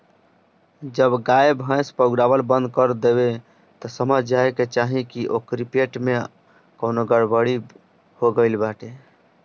जब गाई भैस पगुरावल बंद कर देवे तअ समझ जाए के चाही की ओकरी पेट में कवनो गड़बड़ी हो गईल बाटे